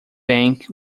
bank